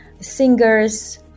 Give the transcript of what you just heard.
singers